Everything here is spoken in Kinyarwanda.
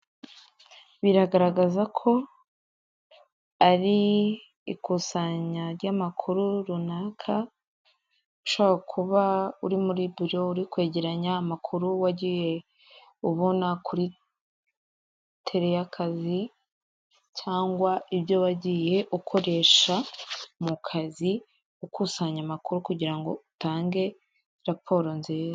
Biragaragaza ko ari ikusanya ry'amakuru runaka, ushobora kuba uri muri biro, uri kwegeranya amakuru wagiye ubona kuri tere y'akazi, cyangwa ibyo wagiye ukoresha mu kazi, ukusanya amakuru kugira ngo utange raporo nziza.